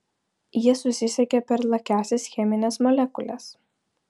jie susisiekia per lakiąsias chemines molekules